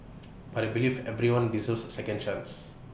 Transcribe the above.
but I believe everyone deserves A second chance